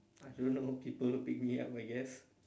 I don't know people pick me up I guess